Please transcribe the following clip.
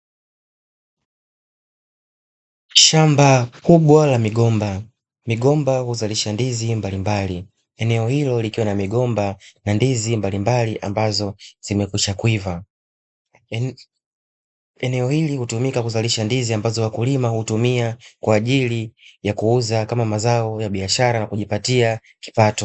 Shamba kubwa la migomba. Migomba huzalisha ndizi mbalimbali, eneo hilo likiwa na migomba na ndizi mbalimbali ambazo zimekwisha kuiva. Eneo hili hutumika kuzalisha ndizi ambazo wakulima hutumia kwa ajili ya kuuza kama mazao ya biashara ya kujipatia kipato.